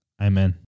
Amen